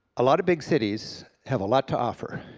a lot of big cities have a lot to offer,